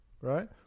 right